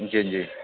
जी जी